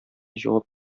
җавап